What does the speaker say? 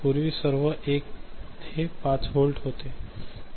पूर्वी सर्व 1 हे 5 व्होल्ट होते